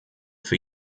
für